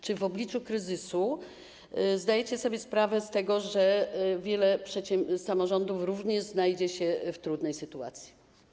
Czy w obliczu kryzysu zdajecie sobie sprawę z tego, że wiele samorządów znajdzie się w trudnej sytuacji?